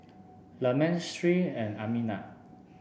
Leman Sri and Aminah